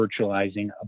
virtualizing